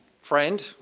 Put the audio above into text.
friend